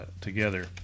together